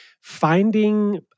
finding